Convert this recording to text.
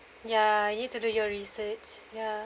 ya you need to do your research yeah mmhmm